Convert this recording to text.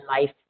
life